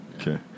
okay